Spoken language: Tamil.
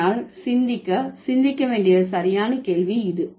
ஆனால் சிந்திக்க சிந்திக்க வேண்டிய சரியான கேள்வி இது